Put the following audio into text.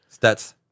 stats